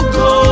go